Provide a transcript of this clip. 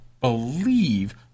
believe